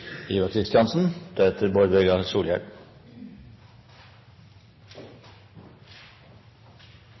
Ivar Kristiansen